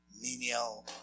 menial